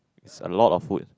is a lot of food